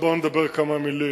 עכשיו בוא נדבר כמה מלים